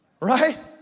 Right